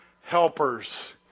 helpers